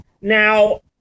Now